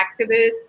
activists